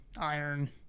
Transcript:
iron